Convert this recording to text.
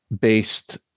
based